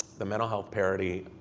the mental health parity